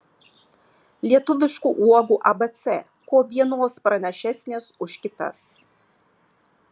lietuviškų uogų abc kuo vienos pranašesnės už kitas